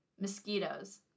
Mosquitoes